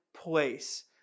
place